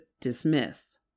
dismiss